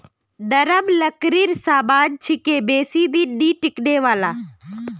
नरम लकड़ीर सामान छिके बेसी दिन नइ टिकने वाला